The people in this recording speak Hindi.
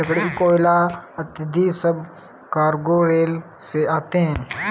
लकड़ी, कोयला इत्यादि सब कार्गो रेल से आते हैं